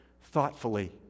thoughtfully